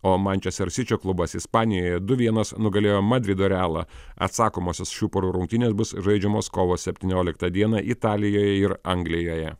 o mančesterio sičio klubas ispanijoje du vienas nugalėjo madrido realą atsakomosios šių porų rungtynės bus žaidžiamos kovo septynioliktą dieną italijoj ir anglijoje